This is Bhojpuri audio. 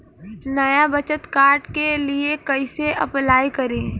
नया बचत कार्ड के लिए कइसे अपलाई करी?